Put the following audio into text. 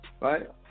Right